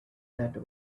that